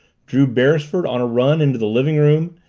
drew beresford on a run into the living-room,